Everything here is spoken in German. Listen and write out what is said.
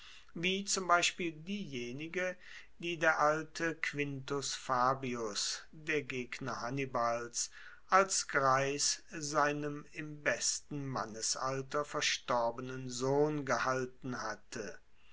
wie zum beispiel diejenige die der alte quintus fabius der gegner hannibals als greis seinem im besten mannesalter verstorbenen sohn gehalten hatte